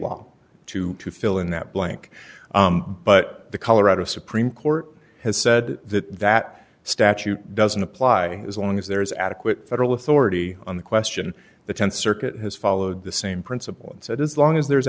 law to fill in that blank but the colorado supreme court has said that that statute doesn't apply as long as there is adequate federal authority on the question the th circuit has followed the same principle and said as long as there